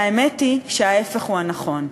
והאמת היא שההפך הוא הנכון,